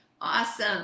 Awesome